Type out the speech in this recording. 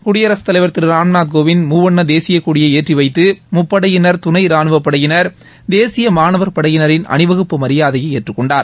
குடியரகத்தலைவர் திரு ராம்நாத் கோவிந்த் மூவண்ண தேசிய கொடியை ஏற்றி வைத்து முப்படையினர் துணை ரானுவப் படையினர் தேசிய மாணவர் படையினரின் அணிவகுப்பு மரியாதையை ஏற்றுக் கொண்டார்